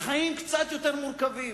החיים קצת יותר מורכבים.